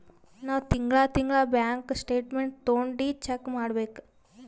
ನಾವ್ ತಿಂಗಳಾ ತಿಂಗಳಾ ಬ್ಯಾಂಕ್ ಸ್ಟೇಟ್ಮೆಂಟ್ ತೊಂಡಿ ಚೆಕ್ ಮಾಡ್ಬೇಕ್